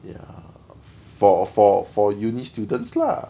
ya for for for uni students lah